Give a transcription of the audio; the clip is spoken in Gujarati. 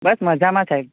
બસ મજામાં સાહેબ